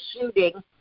shooting